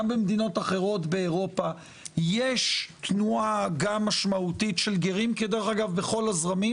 גם במדינות אחרות באירופה יש תנועה גם משמעותית של גרים בכל הזרמים